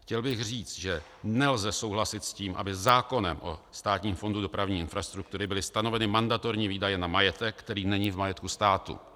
Chtěl bych říct, že nelze souhlasit s tím, aby zákonem o Státním fondu dopravní infrastruktury byly stanoveny mandatorní výdaje na majetek, který není v majetku státu.